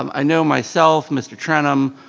um i know myself, mr. trenum,